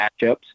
matchups